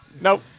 Nope